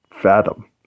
fathom